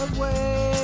Away